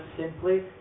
simply